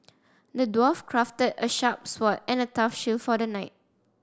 the dwarf crafted a sharp sword and a tough shield for the knight